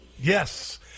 Yes